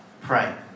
pray